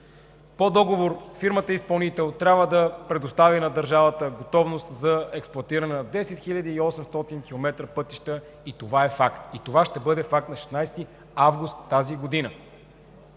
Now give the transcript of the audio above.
По договор фирмата изпълнител трябва да предостави на държавата готовност за експлоатиране на 10 800 км пътища – това е факт, и ще бъде факт на 16 август тази година.